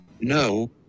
No